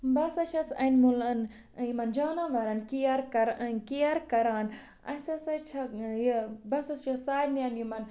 بہٕ ہسا چھیٚس اَنمٕلَن ٲں یِمن جانورَن کیَر کَر ٲں کیَر کران اسہِ ہسا چھِ یہِ بہٕ ہسا چھیٚس سارنٕے یِمن